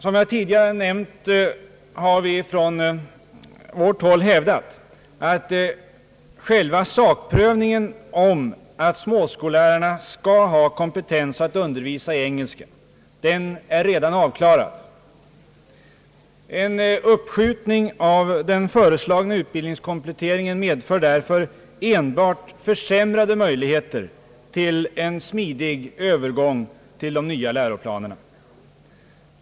Som jag tidigare nämnt har vi från vårt håll hävdat att själva sakprövningen av förslaget att småskollärarna skall ha kompetens att undervisa i engelska redan är avklarad. Ett uppskjutande av den föreslagna utbildningskompletteringen medför därför enbart försämrade möjligheter för en smidig övergång till de nya läroplanerna.